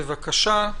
בבקשה.